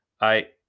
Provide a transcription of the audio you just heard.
I